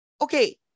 okay